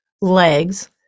legs